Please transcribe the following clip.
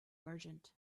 merchant